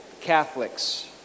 Catholics